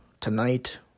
tonight